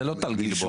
זה לא טל גלבוע.